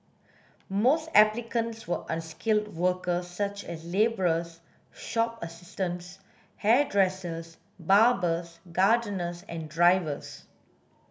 most applicants were unskilled workers such as labourers shop assistants hairdressers barbers gardeners and drivers